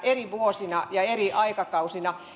eri vuosina ja eri aikakausina